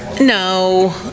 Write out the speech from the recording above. no